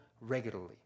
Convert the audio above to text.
regularly